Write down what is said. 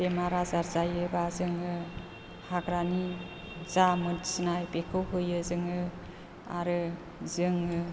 बेमार आजार जायोबा जोङो हाग्रानि जा मोनथिनाय बेखौ होयो जोङो आरो जोङो